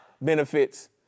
benefits